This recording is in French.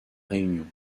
réunion